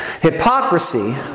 Hypocrisy